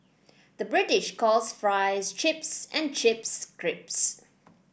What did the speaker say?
the British calls fries chips and chips crisps